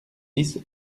dix